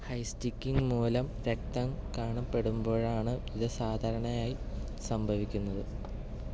high sticking മൂലം രക്തം കാണപ്പെടുമ്പോഴാണ് ഇത് സാധാരണയായി സംഭവിക്കുന്നത്